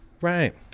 Right